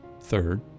Third